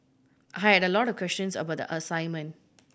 I had a lot of questions about the assignment